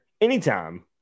anytime